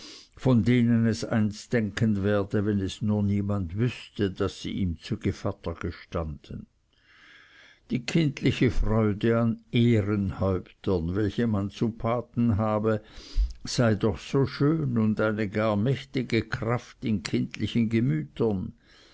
von denen es einst denken werde wenn es nur niemand wüßte daß sie ihm zu gevatter gestanden die kindliche freude an ehrenhäuptern welche man zu paten habe sei doch so schön und eine gar mächtige kraft in kindlichen gemütern